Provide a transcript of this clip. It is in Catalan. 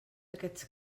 aquests